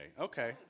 Okay